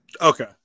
Okay